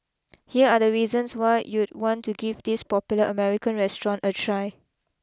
here are the reasons why you'd want to give this popular American restaurant a try